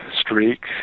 streak